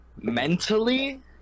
Mentally